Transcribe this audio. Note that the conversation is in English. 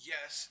Yes